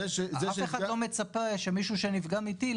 אף אחד לא מצפה שמישהו שנפגע מטיל,